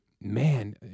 man